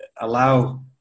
allow